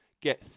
get